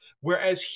Whereas